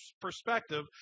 perspective